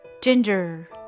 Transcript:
ginger